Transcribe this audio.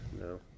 No